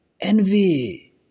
envy